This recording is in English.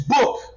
book